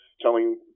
telling